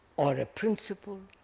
or a principle,